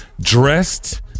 dressed